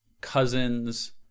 cousin's